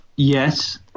Yes